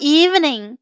evening